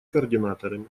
координаторами